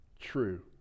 True